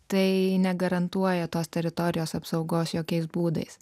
tai negarantuoja tos teritorijos apsaugos jokiais būdais